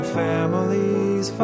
families